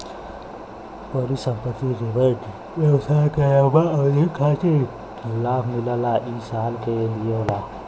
परिसंपत्ति जेपर व्यवसाय के लंबा अवधि के खातिर लाभ मिलला ई एक साल के लिये होला